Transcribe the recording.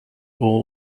all